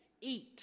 eat